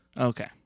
okay